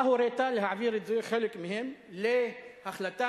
אתה הורית להעביר את זה, חלק מהם, להצעת